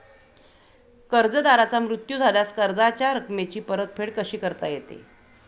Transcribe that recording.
कर्जदाराचा मृत्यू झाल्यास कर्जाच्या रकमेची परतफेड कशी करता येते?